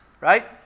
right